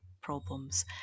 problems